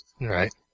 right